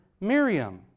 Miriam